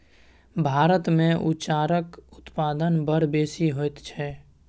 भारतमे चाउरक उत्पादन बड़ बेसी होइत छै